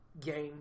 game